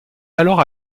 alors